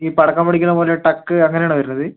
ഈ പടക്കം പൊട്ടിക്കണപോലെ ടക്ക് അങ്ങനെ ആണോ വരണത്